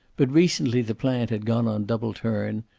but recently the plant had gone on double turn,